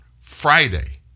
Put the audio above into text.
Friday